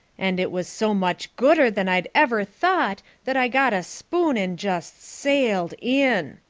and it was so much gooder than i'd ever thought that i got a spoon and just sailed in.